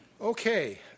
Okay